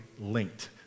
linked